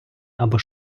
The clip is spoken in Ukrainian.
або